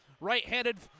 Right-handed